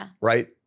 Right